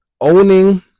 owning